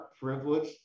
privileged